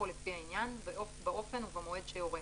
הכל לפי העניין, באופן ובמועד שיורה,